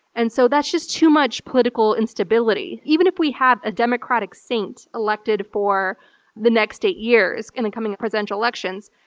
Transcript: and so that's just too much political instability. even if we have a democratic saint elected for the next eight years in the coming presidential elections,